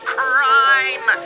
crime